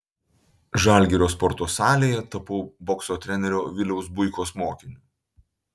žalgirio sporto salėje tapau bokso trenerio viliaus buikos mokiniu